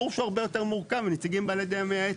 ברור שהוא הרבה יותר מורכב מנציגים בעלי דעה מייעצת.